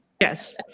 yes